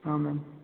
हाँ मैम